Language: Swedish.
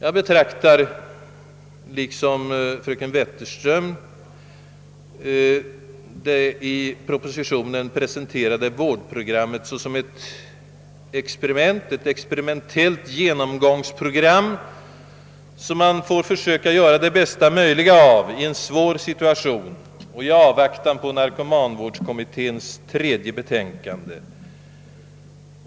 Jag betraktar, liksom fröken Wetterström, det i propositionen presenterade vårdprogrammet som ett experimentellt genomgångsprogram, som man får försöka göra det bästa möjliga av i en svår situation och i avvaktan på narkomanvårdskommitténs tredje betänkande.